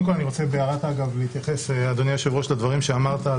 בהערת אגב אני קודם כל רוצה להתייחס לדברים שאמרת,